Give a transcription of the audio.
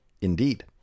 Indeed